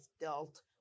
dealt